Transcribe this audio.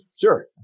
Sure